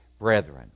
brethren